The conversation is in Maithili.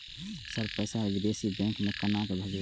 सर पैसा विदेशी बैंक में केना भेजबे?